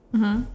mmhmm